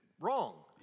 wrong